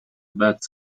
that